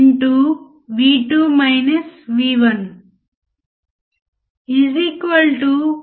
కాబట్టి common emitter amplifier ఒక electronic model దీనికి ఇన్పుట్ సిగ్నల్ గా ఇవ్వబడుతుంది కాబట్టి ఇన్పుట్ ఒక కామన్ ఎమిటర్ యాంప్లిఫైయర్